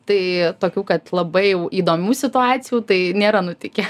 tai tokių kad labai jau įdomių situacijų tai nėra nutikę